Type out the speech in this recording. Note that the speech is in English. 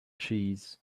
cheese